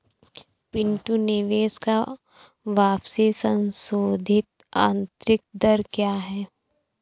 पिंटू निवेश का वापसी संशोधित आंतरिक दर क्या है?